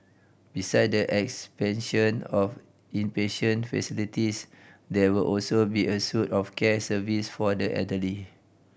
beside the expansion of inpatient facilities there will also be a suit of care service for the elderly